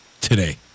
today